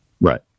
Right